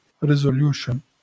resolution